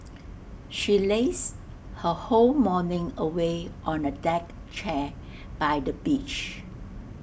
she lazed her whole morning away on A deck chair by the beach